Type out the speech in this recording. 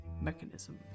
mechanism